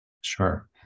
Sure